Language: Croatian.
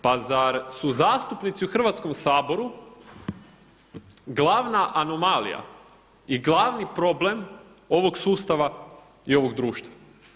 Pa zar su zastupnici u Hrvatskom saboru glavna anomalija i glavni problem ovog sustava i ovog društva.